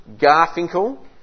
Garfinkel